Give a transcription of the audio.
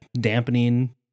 dampening